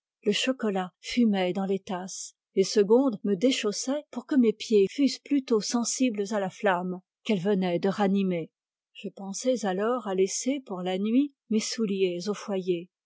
le chocolat fumait dans les tasses et segonde me déchaussait pour que mes pieds fussent plus tôt sensibles à la flamme qu'elle venait de ranimer je pensais alors à laisser pour la nuit mes souliers au foyer